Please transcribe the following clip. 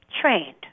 trained